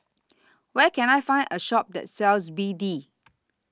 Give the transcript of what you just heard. Where Can I Find A Shop that sells B D